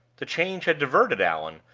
the change had diverted allan,